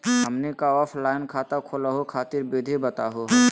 हमनी क ऑफलाइन खाता खोलहु खातिर विधि बताहु हो?